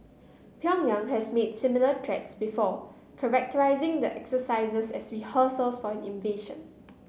Pyongyang has made similar threats before characterising the exercises as rehearsals for an invasion